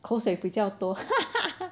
口水比较多